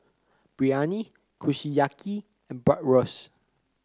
Biryani Kushiyaki and Bratwurst